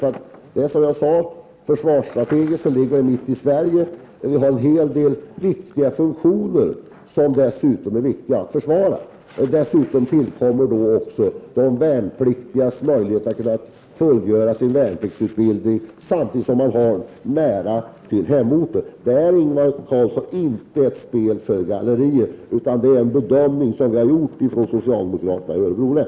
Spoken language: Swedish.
Som jag sade ligger I 3 försvarsstrategiskt mitt i Sverige. Där finns en hel del viktiga funktioner som dessutom är viktiga att försvara. Därutöver tillkommer de värnpliktigas möjligheter att fullgöra sin värnpliktsutbildning och att ha nära till hemorten. Det är inte ett spel för gallerierna, Ingvar Karlsson i Bengtsfors. Det är en bedömning vi har gjort från socialdemokraterna i Örebro län.